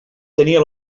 tenia